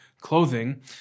clothing